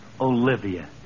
Olivia